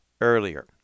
earlier